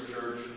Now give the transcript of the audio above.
Church